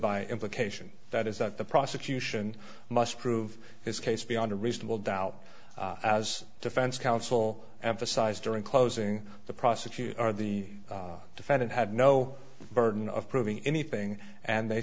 by implication that is that the prosecution must prove its case beyond a reasonable doubt as defense counsel emphasized during closing the prosecutor the defendant had no burden of proving anything and they